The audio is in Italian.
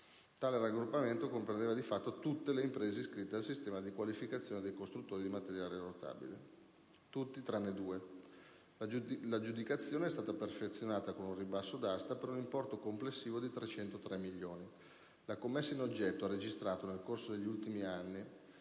Tale raggruppamento comprendeva, di fatto, tutte le imprese iscritte al sistema di qualificazione dei costruttori di materiale rotabile, tranne due. L'aggiudicazione è stata perfezionata, con un ribasso d'asta, per un importo complessivo di 303 milioni di euro. La commessa in oggetto ha registrato, nel corso degli anni,